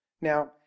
Now